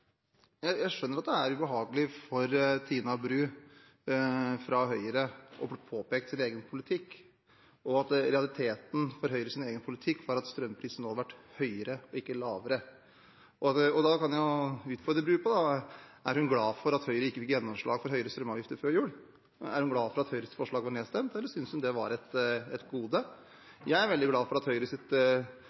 Jeg skjønner at det er ubehagelig for Tina Bru fra Høyre å bli minnet om sin egen politikk, og at realiteten er at strømprisen hadde vært høyere og ikke lavere med Høyres politikk. Jeg kan utfordre Bru: Er hun glad for at Høyre ikke fikk gjennomslag for høyere strømavgifter før jul? Er hun glad for at Høyres forslag ble nedstemt, eller synes hun det var et gode? Jeg er veldig glad for at